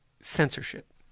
censorship